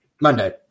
Monday